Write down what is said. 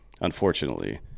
unfortunately